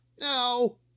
No